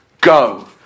Go